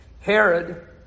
Herod